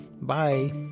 Bye